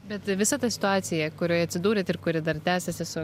bet visa ta situacija kurioje atsidūrėt ir kuri dar tęsiasi su